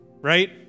right